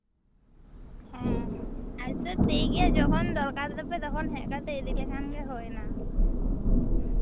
ᱦᱮᱸ ᱟᱪᱪᱷᱟ ᱴᱷᱤᱠ ᱜᱮᱭᱟ ᱡᱚᱠᱷᱚᱱ ᱫᱚᱨᱠᱟᱨ ᱛᱟᱯᱮ ᱛᱚᱠᱷᱚᱱ ᱦᱮᱡ ᱠᱟᱛᱮᱫ ᱤᱫᱤ ᱞᱮᱠᱷᱟᱱ ᱜᱮ ᱦᱳᱭ ᱮᱱᱟ